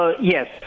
Yes